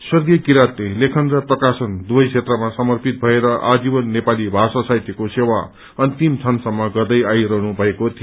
स्वर्गीय किरातले लेखन र प्रकाशन दुवै क्षेत्रमा समर्पित भएर आजीवन नेपाली भाषा साहित्यको सेवा अन्तिम क्षणसम्म गर्दै आइरहनु भएको थियो